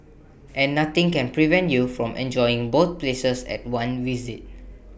and nothing can prevent you from enjoying both places at one visit